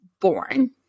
born